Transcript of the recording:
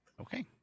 Okay